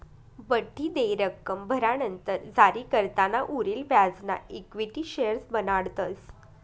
बठ्ठी देय रक्कम भरानंतर जारीकर्ताना उरेल व्याजना इक्विटी शेअर्स बनाडतस